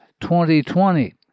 2020